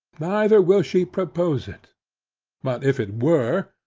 neither will she propose it but if it were,